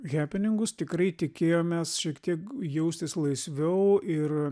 hepeningus tikrai tikėjomės šiek tiek jaustis laisviau ir